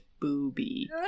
booby